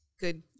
good